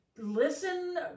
listen